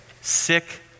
Sick